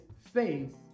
faith